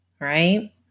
right